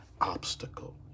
obstacle